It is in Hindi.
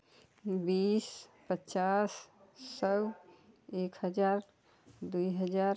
बीस पचास सौ एक हज़ार दो हज़ार